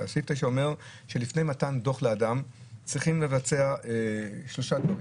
שלפני מתן דוח לאדם צריכים לבצע שלושה דברים: